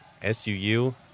SUU